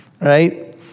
right